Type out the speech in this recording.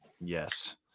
Yes